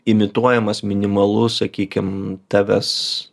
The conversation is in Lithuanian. imituojamas minimalus sakykim tavęs